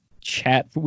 chat